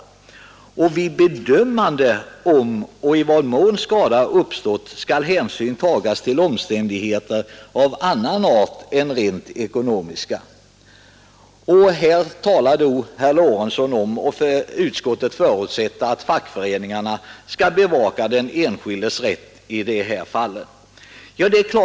Vidare heter det i denna paragraf: ”Vid bedömande om och i vad mån da uppstått skall hänsyn tagas även till omständigheter av annan än rent ekonomisk betydelse. Utskottet förutsätter att fackföreningarna skall bevaka den enskildes rätt, och herr Lorentzon gick in på detta.